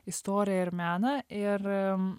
istorija ir meną ir